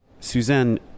Suzanne